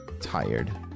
tired